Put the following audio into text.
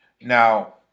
Now